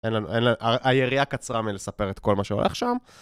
אין לנו... היריעה קצרה מלספר את כל מה שהולך שם.